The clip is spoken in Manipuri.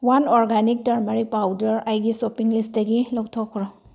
ꯋꯥꯟ ꯑꯣꯔꯒꯥꯅꯤꯛ ꯇꯔꯃꯔꯤꯛ ꯄꯥꯎꯗꯔ ꯑꯩꯒꯤ ꯁꯣꯞꯄꯤꯡ ꯂꯤꯁꯇꯒꯤ ꯂꯧꯊꯣꯛꯈ꯭ꯔꯣ